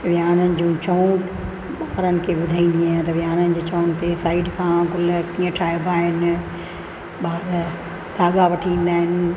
विहाड़नि जूं छऊं ॿारनि खे ॿुधाईंदी आहियां त विहाड़नि जी छउनि ते साइड खां गुल कीअं ठाहिबा आहिनि ॿार धागा वठी ईंदा आहिनि